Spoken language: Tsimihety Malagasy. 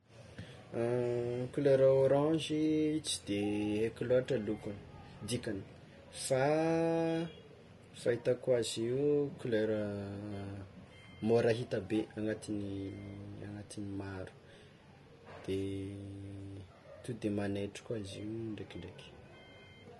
Kolera ôranzy tsy de aiko loatra lokony, dikany fa fahitako azy io kolera môra hita be agnatin'ny agnatin'ny maro, de ton'de magnaitra koa izy io ndraikindraiky.